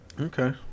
okay